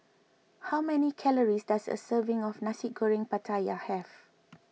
how many calories does a serving of Nasi Goreng Pattaya have